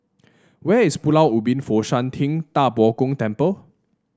where is Pulau Ubin Fo Shan Ting Da Bo Gong Temple